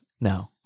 no